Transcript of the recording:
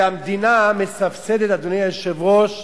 והמדינה מסבסדת, אדוני היושב-ראש,